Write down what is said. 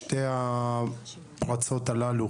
שתי הפרצות הללו